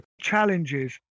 challenges